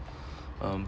um